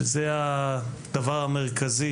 זה הדבר המרכזי